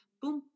boom